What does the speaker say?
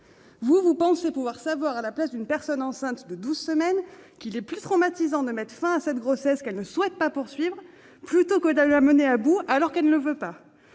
Vous ? Vous pensez pouvoir savoir à la place d'une personne enceinte de douze semaines qu'il est plus traumatisant de mettre fin à cette grossesse qu'elle ne souhaite pas poursuivre que de la mener à terme alors qu'elle ne le veut pas ?